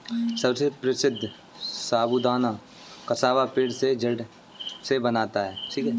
सबसे प्रसिद्ध साबूदाना कसावा पेड़ के जड़ से बनता है